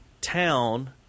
town